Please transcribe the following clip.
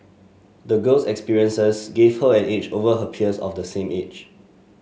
the girl's experiences gave her an edge over her peers of the same age